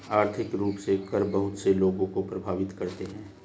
आर्थिक रूप से कर बहुत से लोगों को प्राभावित करते हैं